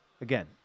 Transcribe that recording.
again